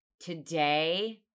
today